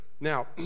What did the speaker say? Now